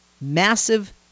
massive